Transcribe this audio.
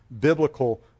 biblical